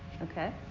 Okay